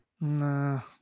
No